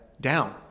down